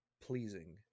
Pleasing